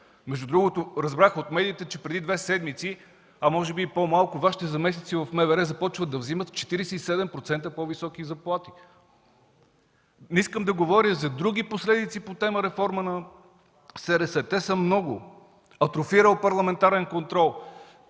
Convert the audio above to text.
Между другото разбрах от медиите, че преди две седмици, а може би и по-малко Вашите заместници в МВР започват да взимат 47% по-високи заплати. Не искам да говоря за други последици по тема „Реформа на СРС”, те са много. Атрофирал парламентарен контрол.